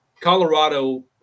Colorado